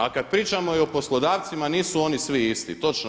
A kad pričamo i o poslodavcima, nisu oni svi isti točno je.